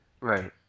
Right